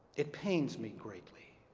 it pains me greatly.